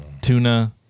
Tuna